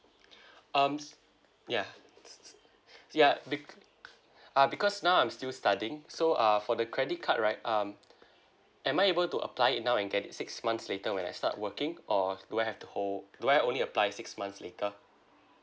um s~ ya s~ ya be~ uh because now I'm still studying so uh for the credit card right um am I able to apply it now and get it six months later when I start working or do I have to hold do I only applies six months later